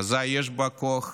יש בה כוח